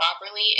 properly